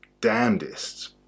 damnedest